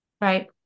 Right